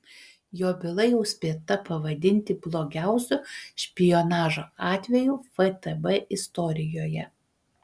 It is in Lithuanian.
jo byla jau spėta pavadinti blogiausiu špionažo atveju ftb istorijoje